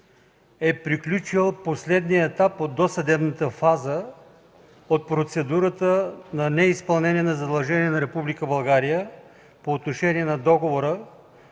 е приключил последният етап от досъдебната фаза от процедурата на неизпълнение на задължение на Република България по отношение на Договора